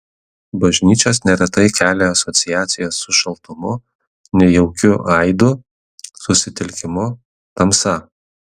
bažnyčios neretai kelia asociacijas su šaltumu nejaukiu aidu susitelkimu tamsa